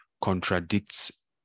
contradicts